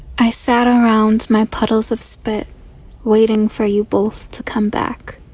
i sat around my puddles of spit waiting for you both to come back